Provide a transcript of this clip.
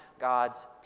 God's